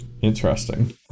Interesting